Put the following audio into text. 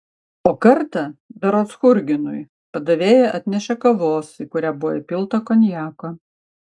o kartą berods churginui padavėja atnešė kavos į kurią buvo įpilta konjako